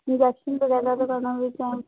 injection ਵਗੈਰਾ ਲਗਾਉਣਾ ਹੋਵੇ ਤਾਂ